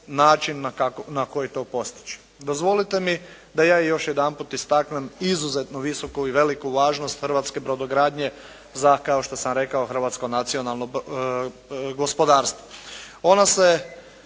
način na koji to postići. Dozvolite mi da i ja još jedanput istakne izuzetno visoku i veliku važnost hrvatske brodogradnje za kao što sam rekao hrvatsko nacionalno gospodarstvo. Ono se